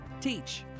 Teach